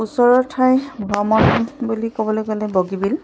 ওচৰৰ ঠাই ভ্ৰমণ বুলি ক'বলৈ গ'লে বগীবিল